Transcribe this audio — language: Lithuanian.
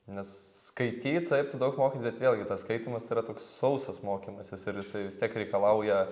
nes skaityt taip tu daug mokais bet vėlgi tas skaitymas tai yra toks sausas mokymasis ir jisai vis tiek reikalauja